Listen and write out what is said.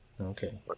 Okay